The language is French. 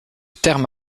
terme